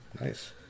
Nice